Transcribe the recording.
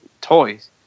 toys